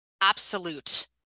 absolute